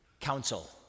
council